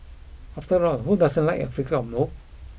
after all who doesn't like a flicker of mope